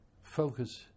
focus